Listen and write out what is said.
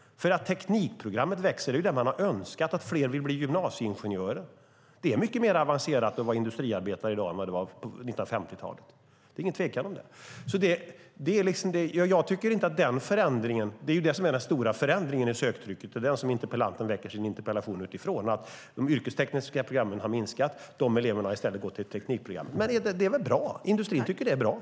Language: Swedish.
Att teknikprogrammet ökar och att fler vill bli gymnasieingenjörer är det man har önskat. Det är mycket mer avancerat att vara industriarbetare i dag än vad det var på 1950-talet. Det är ingen tvekan om det. Det är den stora förändringen i söktrycket som interpellanten väcker sin interpellation utifrån. De yrkestekniska programmen har minskat. De eleverna har i stället gått till ett teknikprogram. Det är väl bra? Industrin tycker att det är bra.